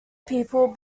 people